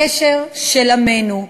הקשר של עמנו,